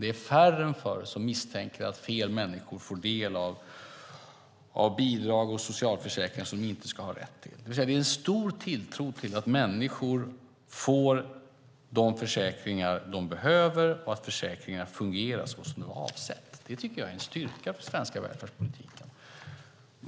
Det är färre än förr som misstänker att fel människor får del av bidrag och socialförsäkringar som de inte har rätt till. Det finns en stor tilltro till att människor får de försäkringar de behöver och att försäkringarna fungerar såsom det var avsett. Det tycker jag är en styrka för den svenska välfärdspolitiken.